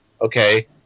okay